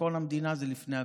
ביטחון המדינה זה לפני הכול.